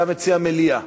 אתה מציע מליאה.